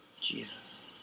Jesus